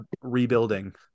rebuilding